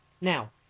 Now